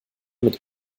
mit